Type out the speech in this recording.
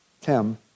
Tim